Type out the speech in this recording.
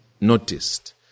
noticed